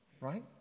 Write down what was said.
right